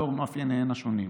לאור מאפייניהן השונים.